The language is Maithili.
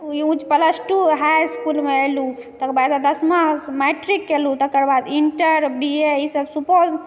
प्लस टु हाई इसकुल एलहुँ तकर बाद दसमा मैट्रिक कयलहुँ तकर बाद इण्टर बी ए ई सब सुपौल